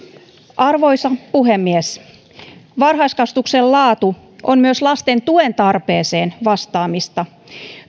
arvoisa puhemies varhaiskasvatuksen laatu on myös lasten tuen tarpeeseen vastaamista